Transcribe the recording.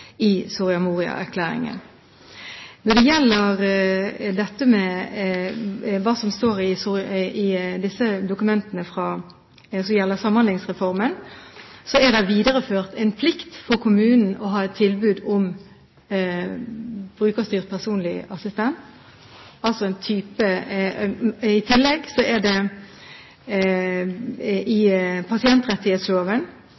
i Soria Moria-erklæringen. Når det gjelder hva som står i dokumentene som gjelder Samhandlingsreformen, er det videreført en plikt for kommunen til å ha tilbud om brukerstyrt personlig assistent. I tillegg er det i pasientrettighetsloven sterkt betont at brukerne skal ha stor medvirkning ved utformingen av tilbudet deres. Det er det